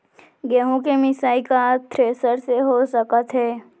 गेहूँ के मिसाई का थ्रेसर से हो सकत हे?